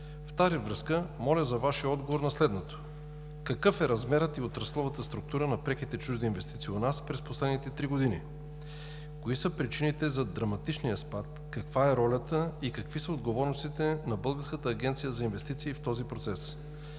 В тази връзка моля за Вашия отговор на следното: какъв е размерът и отрасловата структура на преките чужди инвестиции у нас през последните три години? Кои са причините за драматичния спад? Каква е ролята и какви са отговорностите на Българската агенция за инвестиции в този процес?